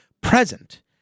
present